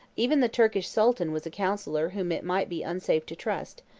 even the turkish sultan was a counsellor whom it might be unsafe to trust,